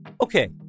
Okay